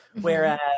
Whereas